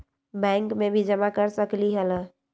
Bank में भी जमा कर सकलीहल?